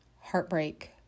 heartbreak